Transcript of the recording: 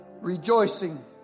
rejoicing